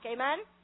Amen